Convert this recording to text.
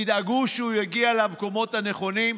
תדאגו שהוא יגיע למקומות הנכונים.